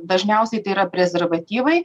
dažniausiai tai yra prezervatyvai